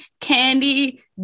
candy